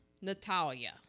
natalia